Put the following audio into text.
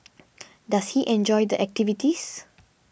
does he enjoy the activities